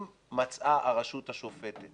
אם מצאה הרשות השופטת